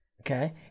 okay